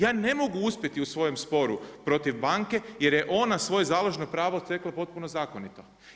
Ja ne mogu uspjeti u svojem sporu protiv banke jer je ona svoje založno pravo stekla potpuno zakonito.